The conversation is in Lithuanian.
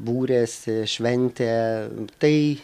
būrėsi šventė tai